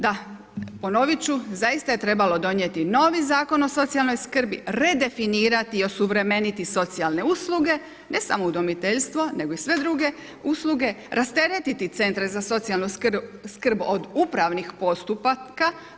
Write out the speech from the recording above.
Da, ponovit ću, zaista je trebalo donijeti novi zakon o socijalnoj skrbi, redefinirati i osuvremeniti socijalne usluge ne samo udomiteljstva nego i sve druge usluge, rasteretiti centre za socijalnu skrb od upravnih postupaka.